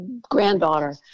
granddaughter